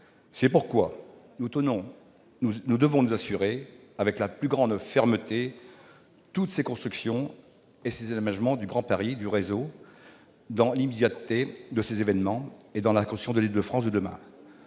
C'est pourquoi nous devons nous assurer, avec la plus grande fermeté, que toutes ces constructions et tous ces aménagements du réseau servent le pays dans l'immédiateté de ces événements et dans la construction de l'Île-de-France de demain.